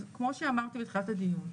אז כמו שאמרתי בתחילת הדיון,